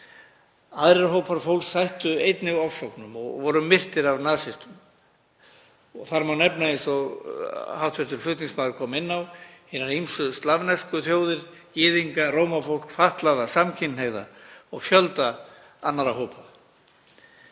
Aðrir hópar fólks sættu einnig ofsóknum og voru myrtir af nasistum. Þar má nefna, eins og hv. flutningsmaður kom inn á, hinar ýmsu slavnesku þjóðir, gyðinga, Rómafólk, fatlaða, samkynhneigða og fjölda annarra hópa.